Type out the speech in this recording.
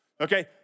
okay